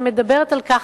שמדברת על כך